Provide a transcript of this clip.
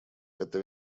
эта